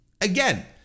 Again